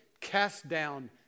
cast-down